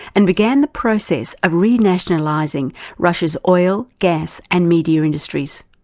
and began the process of renationalising russia's oil, gas and media industries.